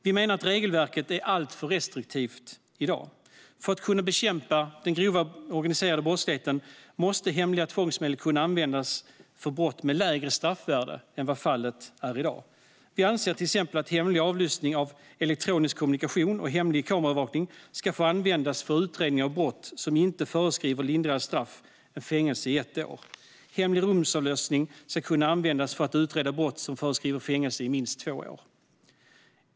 Vi menar att regelverket är alltför restriktivt i dag. För att kunna bekämpa den grova organiserade brottsligheten måste hemliga tvångsmedel kunna användas vid brott med lägre straffvärde än vad fallet är i dag. Vi anser till exempel att hemlig avlyssning av elektronisk kommunikation och hemlig kameraövervakning ska få användas för utredning av brott som inte föreskriver lindrigare straff än fängelse i ett år. Hemlig rumsavlyssning ska kunna användas för att utreda brott som föreskriver fängelse i minst två år.